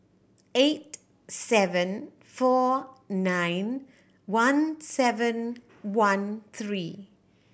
eight seven four nine one seven one three